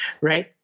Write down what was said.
right